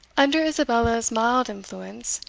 under isabella's mild influence,